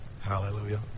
Hallelujah